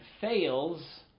fails